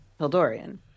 Hildorian